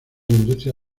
industria